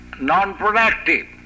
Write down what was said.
non-productive